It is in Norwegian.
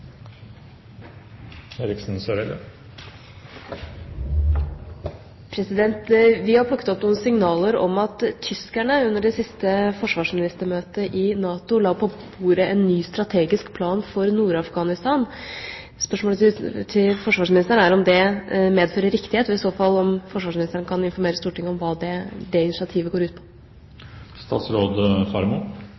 Vi har plukket opp noen signaler om at tyskerne under det siste forsvarsministermøtet i NATO la på bordet en ny strategisk plan for Nord-Afghanistan. Spørsmålet til forsvarsministeren er om det medfører riktighet, og i så fall om forsvarsministeren kan informere Stortinget om hva det initiativet går ut på.